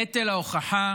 נטל ההוכחה